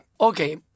Okay